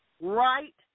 Right